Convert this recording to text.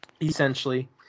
Essentially